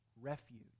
refuge